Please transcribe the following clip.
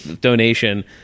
donation